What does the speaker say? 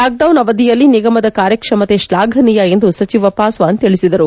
lockdown ಅವಧಿಯಲ್ಲಿ ನಿಗಮದ ಕಾರ್ಯಕ್ಷಮತೆ ಶ್ಲಾಘನೀಯ ಎಂದು ಸಚಿವ ಪಾಸ್ನಾನ್ ತಿಳಿಸಿದರು